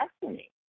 destiny